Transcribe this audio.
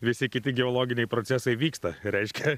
visi kiti geologiniai procesai vyksta reiškia